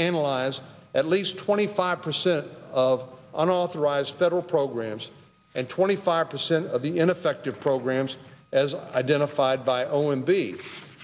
analyze at least twenty five percent of unauthorized federal programs and twenty five percent of the ineffective programs as identified by o and be